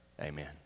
Amen